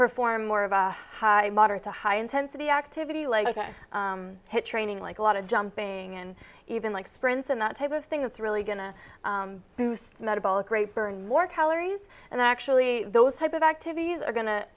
perform more of a high moderate to high intensity activity like hit training like a lot of jumping and even like sprints and that type of thing that's really going to boost the metabolic rate burn more calories and actually those type of activities are going to